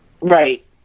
Right